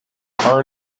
are